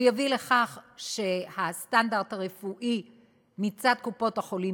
הוא יביא לכך שיישמר הסטנדרט הרפואי מצד קופות-החולים,